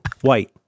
white